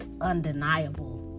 undeniable